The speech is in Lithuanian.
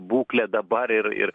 būklė dabar ir ir